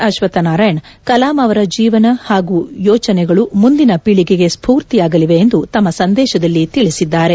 ಅಶ್ವಥ್ ನಾರಾಯಣ್ ಕಲಾಂ ಅವರ ಜೀವನ ಹಾಗೂ ಯೋಚನೆಗಳು ಮುಂದಿನ ಪೀಳಿಗೆಗಳಿಗೆ ಸ್ಪೂರ್ತಿಯಾಗಲಿವೆ ಎಂದು ತಮ್ನ ಸಂದೇಶದಲ್ಲಿ ತಿಳಿಸಿದ್ದಾರೆ